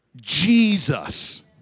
Jesus